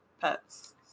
pets